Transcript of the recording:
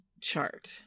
chart